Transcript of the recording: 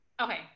okay